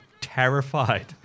terrified